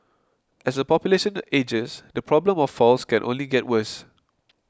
as the population ages the problem of falls can only get worse